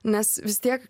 nes vis tiek